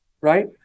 right